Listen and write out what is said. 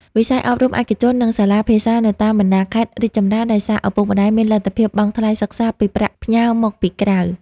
វិស័យអប់រំឯកជន និងសាលាភាសានៅតាមបណ្ដាខេត្តរីកចម្រើន ដោយសារឪពុកម្ដាយមានលទ្ធភាពបង់ថ្លៃសិក្សាពីប្រាក់ផ្ញើមកពីក្រៅ។